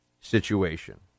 situation